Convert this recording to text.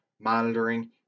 monitoring